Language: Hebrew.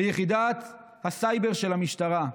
ביחידת הסייבר של המשטרה,